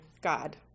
God